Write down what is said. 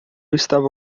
estava